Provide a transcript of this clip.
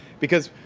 because